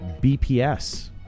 BPS